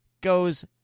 goes